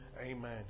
Amen